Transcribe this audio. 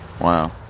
Wow